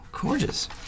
Gorgeous